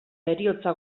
heriotza